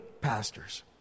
pastors